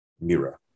Mira